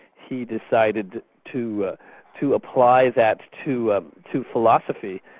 he decided to to apply that to ah to philosophy,